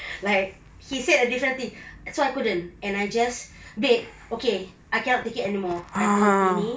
like he said a different thing so I couldn't and I just babe okay I can't take it anymore I told tini